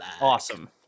awesome